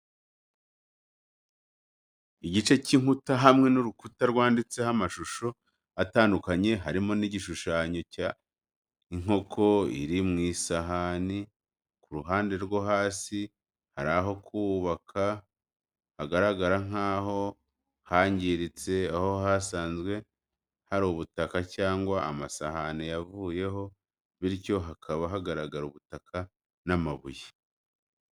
Igice cy'inkuta hamwe n'urukuta rwanditseho amashusho atandukanye harimo n'igishushanyo cya inkoko iri mu isahani. Ku ruhande rwa hasi, hari aho ku butaka hagaragara nkaho hangiritse aho hasanzwe hari ubutaka cyangwa amasahani yavuyeho bityo hakaba hagaragara ubutaka n'amabuye.